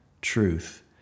Truth